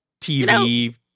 TV